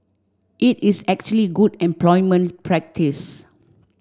it is actually good employment practice